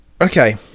Okay